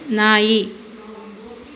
ನಾಯಿ